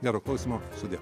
gero klausymo sudie